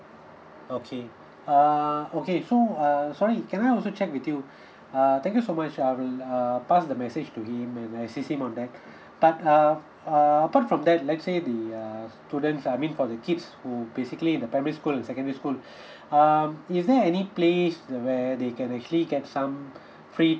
okay uh okay so err sorry can I also check with you err thank you so much I will uh pass the message to him and I'll see him on that but uh uh apart from that let's say the uh students I mean for the kids who basically in the primary school and secondary school um is there any place where they can actually get some free